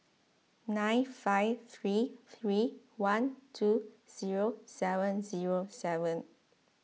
nine five three three one two zero seven zero seven